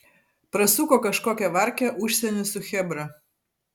prasuko kažkokią varkę užsieny su chebra